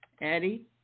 Eddie